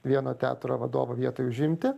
vieno teatro vadovo vietai užimti